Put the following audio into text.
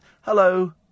hello